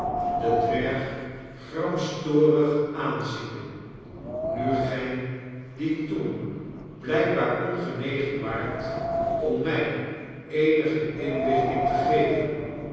den dwerg gramstorig aanziende nu gij die toen blijkbaar ongenegen waart om mij eenige inlichting te geven